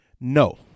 No